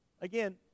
again